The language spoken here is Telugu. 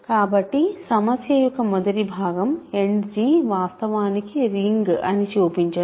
కాబట్టి సమస్య యొక్క మొదటి భాగం End వాస్తవానికి రింగ్ అని చూపించటం